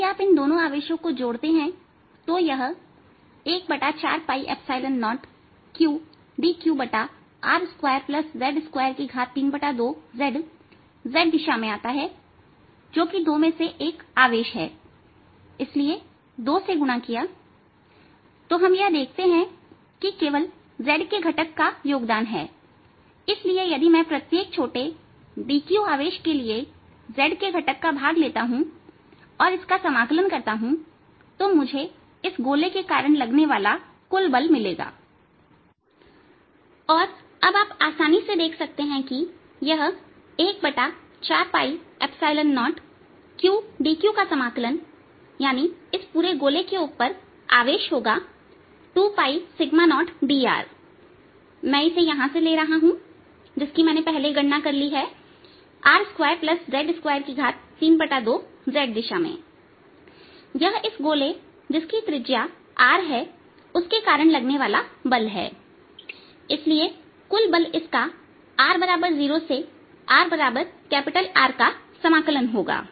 यदि आप इन दोनों आवेशों को जोड़ते हैं तो यह 140qr2z232 z z दिशा में आता है जो कि दो में से एक आवेश हैं इसलिए 2 से गुणा किया तो हम यह देखते हैं कि केवल z के घटक का योगदान है इसलिए यदि मैं प्रत्येक छोटे dq आवेश के लिए z घटक का भाग लेता हूं और इसका समाकलन करता हूं तो मुझे इस गोले के कारण लगने वाला कुल बल मिलेगा और अब आप आसानी से देख सकते हैं कि यह 140q का समाकलन अर्थात इस पूरे गोले के ऊपर आवेश होगा 20dr मैं इसे यहां से ले रहा हूं जिसकी मैंने पहले गणना कर ली है r2z232 z दिशा में यह इस गोले जिसकी त्रिज्या r है उसके कारण लगने वाला बल है इसलिए कुल बल इसका r0 से rR का समाकलन होगा